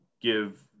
give